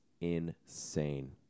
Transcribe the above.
insane